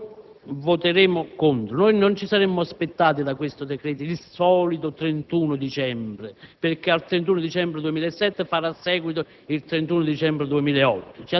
quando le norme dello stesso sono in buona parte o quasi totalmente in contrasto con un piano regionale, quello della Campania,